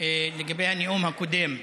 לגבי הנאום הקודם.